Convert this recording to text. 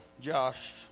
Josh